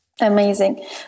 Amazing